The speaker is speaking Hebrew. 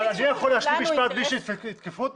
אבל אני יכול להשלים משפט בלי שיתקפו אותי?